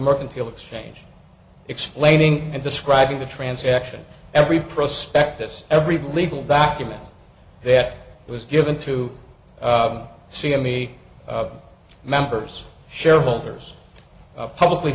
mercantile exchange explaining and describing the transaction every prospectus every legal document that was given to see in the members shareholders publicly